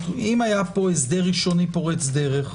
אם היה פה הסדר ראשוני פורץ דרך,